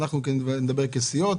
אנחנו הסיעות,